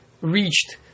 reached